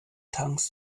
tanks